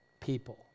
people